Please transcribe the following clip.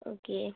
okay